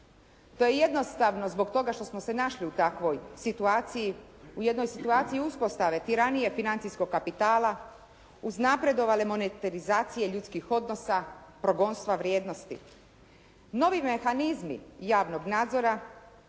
To je jednostavno zbog toga što smo se našli u takvoj situaciji. U jednoj situaciji uspostave, tiranije financijskog kapitala, uznapredovale monitarizacije ljudskih odnosa, progonstva vrijednosti. Novi mehanizmi javnog nadzora